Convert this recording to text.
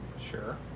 Sure